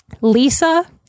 Lisa